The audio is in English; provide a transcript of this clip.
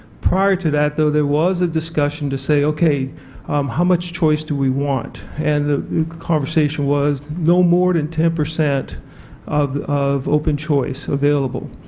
prior to that there there was a discussion to say okay how much choice do we want? and the conversation was no more than ten percent of of open choice available.